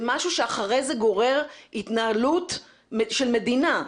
זה משהו שאחרי זה גורר התנהלות של מדינה,